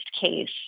case